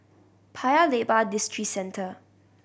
Paya Lebar Districentre